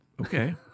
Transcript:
Okay